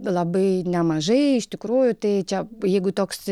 labai nemažai iš tikrųjų tai čia jeigu toks